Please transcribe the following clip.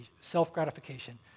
self-gratification